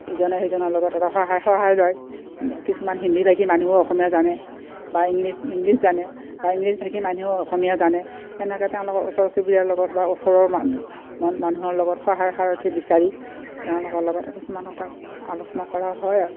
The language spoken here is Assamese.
ইজনে সিজনৰ লগত এটা সহায় সহায় লয় কিছুমান হিন্দীভাষী মানুহেও অসমীয়া জানে বা ইংলিছ ইংলিছ জানে বা ইংলিছভাষী মানুহেও অসমীয়া জানে তেনেকৈ তেওঁলোকৰ ওচৰ চুবুৰীয়াৰ লগত বা ওচৰৰ মা মানুহৰ লগত সহায় সাৰথী বিচাৰি তেওঁলোকৰ লগত কিছুমান কথা আলোচনা কৰা হয় আৰু